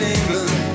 England